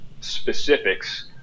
specifics